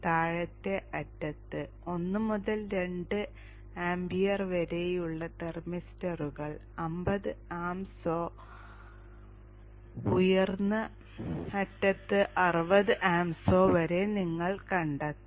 താഴത്തെ അറ്റത്ത് 1 മുതൽ 2 ആംപിയർ വരെയുള്ള തെർമിസ്റ്ററുകൾ 50 amps ഓ ഉയർന്ന അറ്റത്ത് 60 amps ഓ വരെ നിങ്ങൾക്ക് കണ്ടെത്താം